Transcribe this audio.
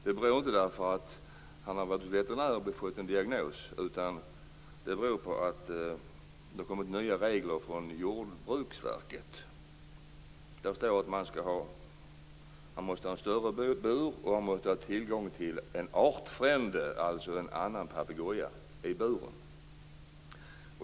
Det handlar inte om att han har varit hos en veterinär och fått en diagnos, utan det beror på att det har kommit nya regler från Jordbruksverket. Där står det att Jacko måste ha en större bur och att han måste ha tillgång till en artfrände, alltså en annan papegoja, i buren.